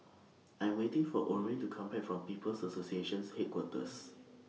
I Am waiting For Orvin to Come Back from People's Associations Headquarters